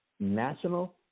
National